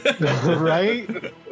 Right